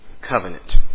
covenant